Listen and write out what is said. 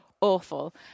awful